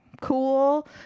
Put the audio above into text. cool